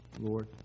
Lord